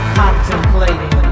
contemplating